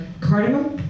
cardamom